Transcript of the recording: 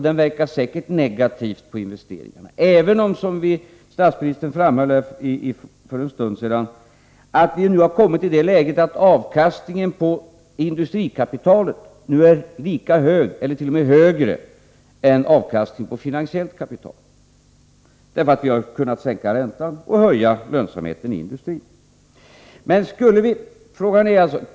Den verkar säkert negativt på investeringarna, även om — som statsministern framhöll för en stund sedan — vi nu har hamnat i det läget att avkastningen på industrikapitalet nu är lika hög eller t.o.m. högre än avkastningen på finansiellt kapital. Vi har kunnat sänka räntan och höja lönsamheten inom industrin.